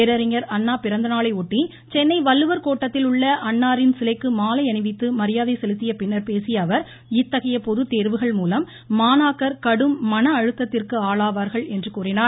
பேரறிஞர் அண்ணா பிறந்தநாளை ஒட்டி சென்னை வள்ளுவர் கோட்டத்தில் உள்ள அன்னாரின் சிலைக்கு மாலை அணிவித்து மரியாதை செலுத்திய பின் பேசிய அவர் இத்தகைய பொதுத் தோ்வுகள் மூலம் மாணாக்கர் கடும் மன அழுத்தத்திற்கு ஆளாவார்கள் என்று கூறினார்